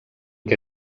què